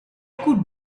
could